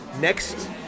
next